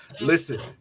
Listen